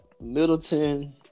Middleton